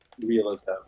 realism